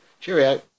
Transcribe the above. Cheerio